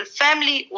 family